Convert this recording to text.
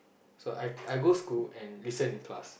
so I I go school and listen in class